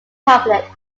public